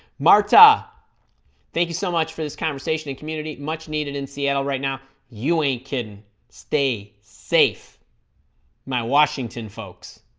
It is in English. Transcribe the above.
marta thank you so much for this conversation and community much needed in seattle right now you ain't can stay safe my washington folks